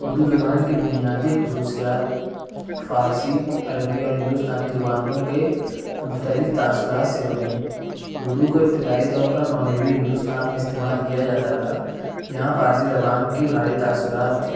اردو زبان کی بنیادی خصوصیات فارسی عربی اور ہندوستانی زبانوں کے مختلف تأثرات سے بنی ہے اردو کو ابتدائی طور پر مغربی ہندوستان میں استعمال کیا جاتا تھا جہاں فارسی زبان کی بھاری تأثرات تھی